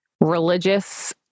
religious